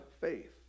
faith